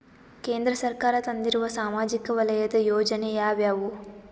ಕೇಂದ್ರ ಸರ್ಕಾರ ತಂದಿರುವ ಸಾಮಾಜಿಕ ವಲಯದ ಯೋಜನೆ ಯಾವ್ಯಾವು?